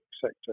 sector